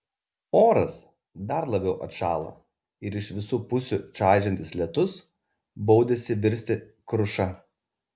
oras dar labiau atšalo ir iš visų pusių čaižantis lietus baudėsi virsti kruša